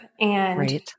and-